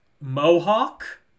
Mohawk